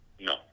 No